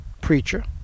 Preacher